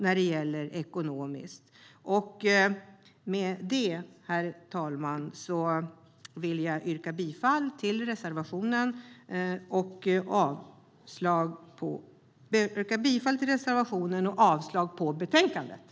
Med detta, herr talman, yrkar jag bifall till reservationen och avslag på förslaget i betänkandet.